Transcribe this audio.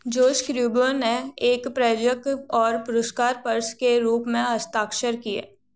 जोस Cuervo ने एक प्रयोजक और पुरस्कार पर्स के रूप में हस्ताक्षर किए